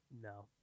no